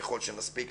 ככל שנספיק,